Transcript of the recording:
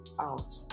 out